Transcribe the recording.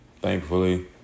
Thankfully